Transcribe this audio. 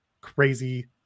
crazy